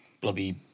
bloody